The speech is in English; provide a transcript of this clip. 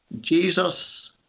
Jesus